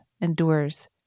endures